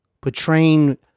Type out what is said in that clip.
portraying